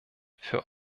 für